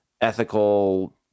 ethical